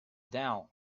down